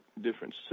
different